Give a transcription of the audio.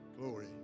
Glory